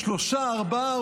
שלושה, ארבעה?